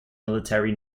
military